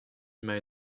emañ